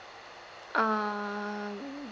um